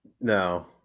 no